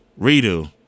redo